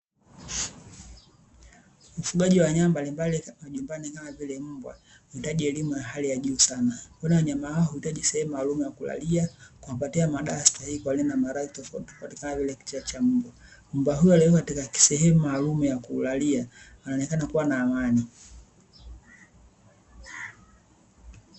Ufugaji wa wanyama mbalimbali majumbani kama vile mbwa huhitaji elimu ya hali ya juu sana, kwani wanyama hawa huhitaji sehemu maalumu ya kulalia, kumpatia madawa stahiki ya kuwalinda na magonjwa tofauti tofauti kama vile kichaa cha mbwa. Mbwa huyu aliyewekwa katika kisehemu maalumu ya kulalia anaonekana kuwa na amani.